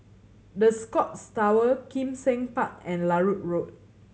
The Scotts Tower Kim Seng Park and Larut Road